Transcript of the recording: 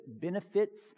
benefits